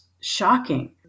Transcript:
shocking